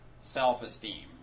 self-esteem